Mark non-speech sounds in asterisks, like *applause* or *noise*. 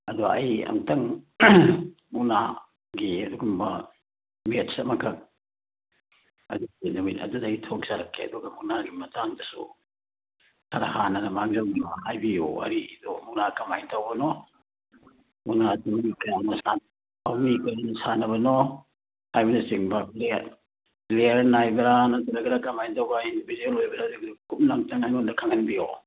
ꯑꯗꯣ ꯑꯩ ꯑꯝꯇꯪ ꯃꯨꯛꯅꯥꯒꯤ ꯑꯗꯨꯒꯨꯝꯕ ꯃꯦꯠꯁ ꯑꯃꯈꯛ *unintelligible* ꯅꯨꯃꯤꯠ ꯑꯗꯨꯗ ꯑꯩ ꯊꯣꯛꯆꯔꯛꯀꯦ ꯑꯗꯨꯒ ꯃꯨꯛꯅꯥꯒꯤ ꯃꯇꯥꯡꯗꯁꯨ ꯈꯔ ꯍꯥꯟꯅꯅ ꯃꯥꯡꯖꯧꯅꯅ ꯍꯥꯏꯕꯤꯌꯣ ꯋꯥꯔꯤꯗꯣ ꯃꯨꯛꯅꯥ ꯀꯃꯥꯏ ꯇꯧꯕꯅꯣ ꯃꯨꯛꯅꯥꯁꯤ ꯃꯤ ꯀꯌꯥꯅ ꯁꯥꯟꯅꯕꯅꯣ ꯃꯤ *unintelligible* ꯁꯥꯟꯅꯕꯅꯣ ꯍꯥꯏꯕꯅꯆꯤꯡꯕ ꯄ꯭ꯂꯦꯌꯔ ꯅꯥꯏꯕ꯭ꯔꯥ ꯅꯠꯇ꯭ꯔꯒ ꯀꯃꯥꯏ ꯇꯧꯕ ꯏꯟꯗꯤꯕꯤꯖꯨꯌꯦꯜ ꯑꯣꯏꯕ꯭ꯔꯥ ꯑꯗꯨꯒꯤꯗꯨ ꯀꯨꯞꯅ ꯑꯝꯇꯪ ꯑꯩꯉꯣꯟꯗ ꯈꯪꯍꯟꯕꯤꯌꯣ